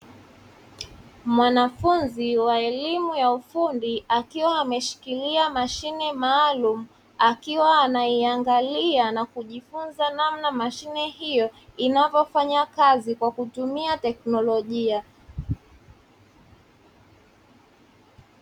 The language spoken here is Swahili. Mwanafunzi wa elimu ya ufundi akiwa ameshikilia mashine maalumu, akiwa anaiangalia na kujifunza namna mashine hiyo inavyofanya kazi kwa kutumia teknolojia.